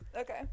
okay